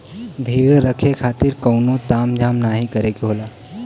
भेड़ रखे खातिर कउनो ताम झाम नाहीं करे के होला